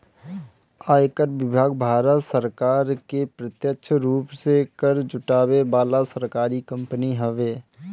आयकर विभाग भारत सरकार के प्रत्यक्ष रूप से कर जुटावे वाला सरकारी कंपनी हवे